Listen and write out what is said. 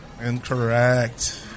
Incorrect